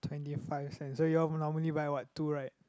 twenty five cents so you all normally buy what two right